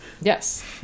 Yes